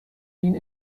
این